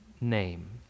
name